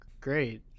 great